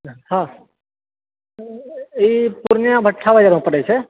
हँ ई पूर्णिया पड़ै छै